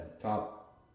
top